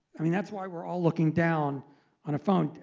i mean that's why we're all looking down on a phone.